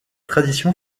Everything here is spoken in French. tradition